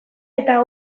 eta